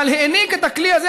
הוא העניק את הכלי הזה,